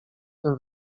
tym